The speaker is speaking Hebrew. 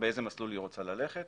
באיזה מסלול היא רוצה ללכת